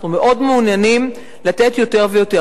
אנחנו מאוד מעוניינים לתת יותר ויותר.